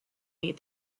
meet